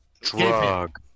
Drug